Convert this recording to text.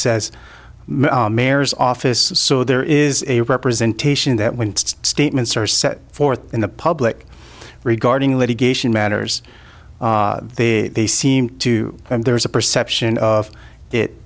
says mayor's office so there is a representation that when statements are set forth in the public regarding litigation matters they seem to there's a perception of it